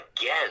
again